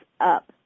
up